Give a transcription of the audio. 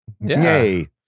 Yay